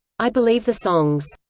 i believe the songs.